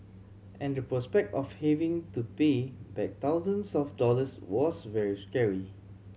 and the prospect of having to pay back thousands of dollars was very scary